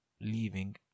leaving